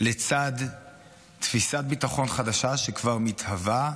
לצד תפיסת ביטחון שכבר מתהווה,